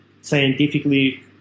scientifically